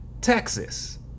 Texas